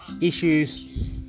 issues